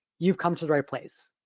you've come to the right place.